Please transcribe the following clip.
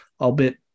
albeit